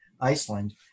Iceland